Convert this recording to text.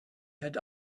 had